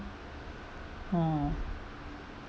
oh